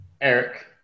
Eric